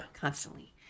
constantly